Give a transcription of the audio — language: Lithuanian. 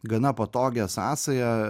gana patogią sąsają